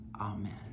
Amen